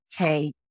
okay